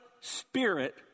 spirit